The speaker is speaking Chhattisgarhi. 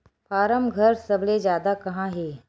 फारम घर सबले जादा कहां हे